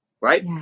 right